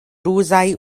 ruzaj